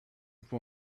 for